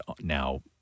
now